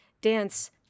dance